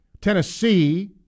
Tennessee